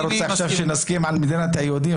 רוצה עכשיו שנסכים על מדינת היהודים,